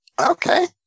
Okay